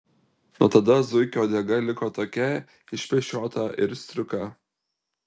nuo tada zuikio uodega liko tokia išpešiota ir striuka